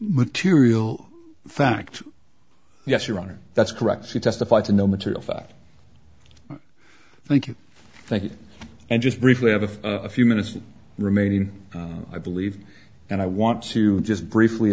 material fact yes your honor that's correct she testified to no material fact thank you thank you and just briefly have a few minutes remaining i believe and i want to just briefly